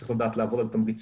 צריך לדעת לעבוד על תמריצים,